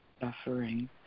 suffering